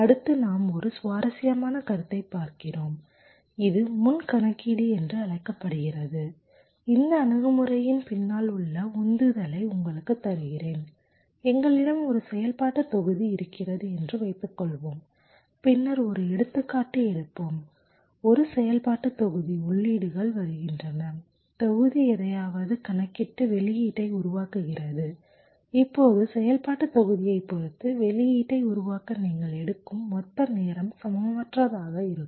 அடுத்து நாம் ஒரு சுவாரஸ்யமான கருத்தைப் பார்க்கிறோம் இது முன் கணக்கீடு என்று அழைக்கப்படுகிறது இந்த அணுகுமுறையின் பின்னால் உள்ள உந்துதலை உங்களுக்குத் தருகிறேன் எங்களிடம் ஒரு செயல்பாட்டுத் தொகுதி இருக்கிறது என்று வைத்துக்கொள்வோம் பின்னர் ஒரு எடுத்துக்காட்டு எடுப்போம் ஒரு செயல்பாட்டுத் தொகுதி உள்ளீடுகள் வருகின்றன தொகுதி எதையாவது கணக்கிட்டு வெளியீட்டை உருவாக்குகிறது இப்போது செயல்பாட்டுத் தொகுதியைப் பொறுத்து வெளியீட்டை உருவாக்க நீங்கள் எடுக்கும் மொத்த நேரம் சமமற்றதாக இருக்கும்